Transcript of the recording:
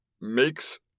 makes